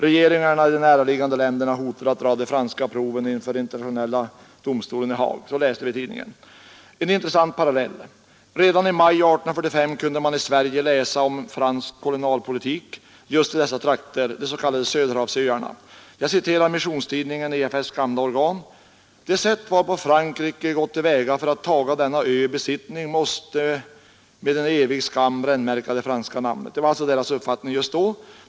Regeringarna i de näraliggande länderna hotar att dra frågan inför den internationella domstolen i Haag. En intressant parallell är att vi i Sverige redan i maj 1845 kunde läsa om fransk kolonialpolitik i just dessa trakter, de s.k. Söderhavsöarna. Jag citerar ur Missionstidningen, EFS:s gamla organ: ”Det sätt, varpå Frankrike gått till väga för att taga denna ö i besittning, måste med en evig skam brännmärka det franska namnet.” Det var deras uppfattning just då.